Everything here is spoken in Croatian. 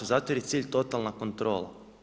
Zato jer cilj totalna kontrola.